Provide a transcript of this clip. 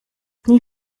nie